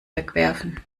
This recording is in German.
wegwerfen